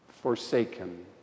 forsaken